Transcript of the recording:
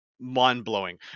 mind-blowing